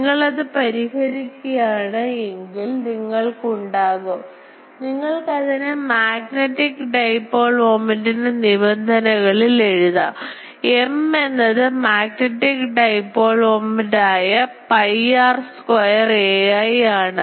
നിങ്ങൾ അത് പരിഹരിക്കുകയാണ് എങ്കിൽ നിങ്ങൾക്ക് ഉണ്ടാവുംനിങ്ങൾക്ക് അതിനെ മാഗ്നെറ്റിക് dipole momentൻറെ നിബന്ധനകളിൽ എഴുതാം M എന്നത് മാഗ്നെറ്റിക് dipole moment ആയ pi r square ai ആണ്